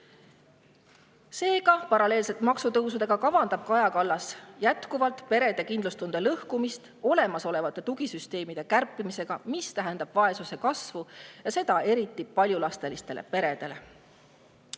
Seega, paralleelselt maksutõusudega kavandab Kaja Kallas jätkuvalt perede kindlustunde lõhkumist olemasolevate tugisüsteemide kärpimisega, mis tähendab vaesuse kasvu, ja seda eriti paljulapselistele peredele.